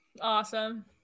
Awesome